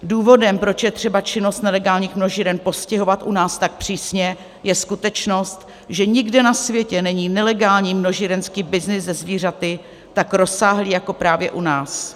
Důvodem, proč je třeba činnost nelegálních množíren postihovat u nás tak přísně, je skutečnost, že nikde na světě není nelegální množírenský byznys se zvířaty tak rozsáhlý jako právě u nás.